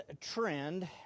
trend